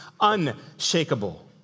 unshakable